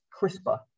CRISPR